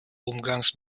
umgangs